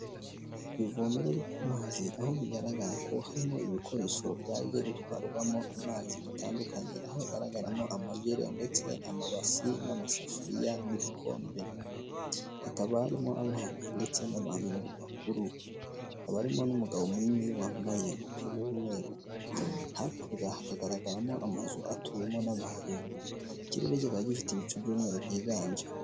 Ivomero ry'amazi, aho bigaragara ko harimo ibikoresho byaje gutwarwamo amazi bitandukanye, aho hagaragaramo amajere ndetse amabasi, n'amasafuriya, n'ibikombe. Hakaba harimo abana ndetse n'abantu bakuru. Hakaba harimo n'umugabo munini wambaye umupira w'umweru, hakurya hakagaragaramo amazu atuwemo n'abantu. Ikirere kikaba gifite ibicu by'umweru byiganje.